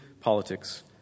politics